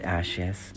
ashes